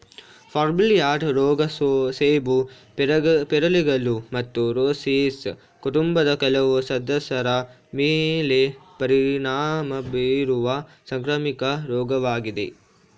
fire blight ರೋಗ ಸೇಬು ಪೇರಳೆಗಳು ಮತ್ತು ರೋಸೇಸಿ ಕುಟುಂಬದ ಕೆಲವು ಸದಸ್ಯರ ಮೇಲೆ ಪರಿಣಾಮ ಬೀರುವ ಸಾಂಕ್ರಾಮಿಕ ರೋಗವಾಗಿದೆ